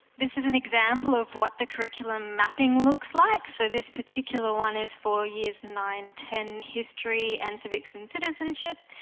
this is an example of what the curriculum mapping looks like. so, this particular one is for years nine ten history and civics and citizenship.